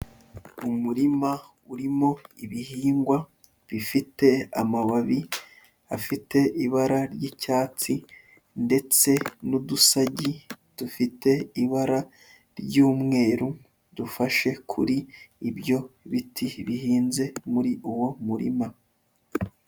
Umurima urimo ibihingwa bifite amababi afite ibara ry'icyatsi ndetse n'udusagi dufite ibara ry'umweru, dufashe kuri ibyo biti bihinze muri uwo murima.